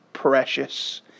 Precious